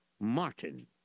Martin